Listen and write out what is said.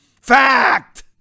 Fact